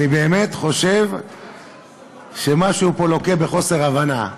אני באמת חושב שמישהו פה לוקה בחוסר הבנה.